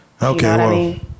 Okay